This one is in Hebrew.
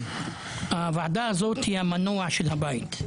הוועדה הזאת היא המנוע של הבית.